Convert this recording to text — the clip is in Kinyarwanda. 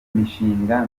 mishinga